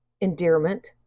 endearment